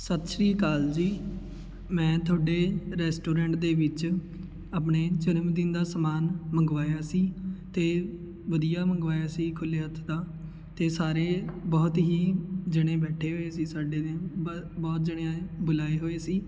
ਸਤਿ ਸ਼੍ਰੀ ਅਕਾਲ ਜੀ ਮੈਂ ਤੁਹਾਡੇ ਰੈਸਟੋਰੈਂਟ ਦੇ ਵਿੱਚ ਆਪਣੇ ਜਨਮਦਿਨ ਦਾ ਸਮਾਨ ਮੰਗਵਾਇਆ ਸੀ ਅਤੇ ਵਧੀਆ ਮੰਗਵਾਇਆ ਸੀ ਖੁੱਲ੍ਹੇ ਹੱਥ ਦਾ ਅਤੇ ਸਾਰੇ ਬਹੁਤ ਹੀ ਜਣੇ ਬੈਠੇ ਹੋਏ ਸੀ ਸਾਡੇ ਦੇ ਬਾ ਬਹੁਤ ਜਣਿਆਂ ਬੁਲਾਏ ਹੋਏ ਸੀ